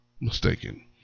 mistaken